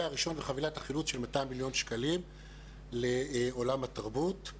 הראשון וחבילת החילוץ של 200 מיליון שקלים לעולם התרבות.